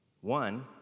One